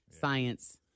Science